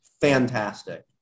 fantastic